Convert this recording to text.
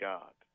God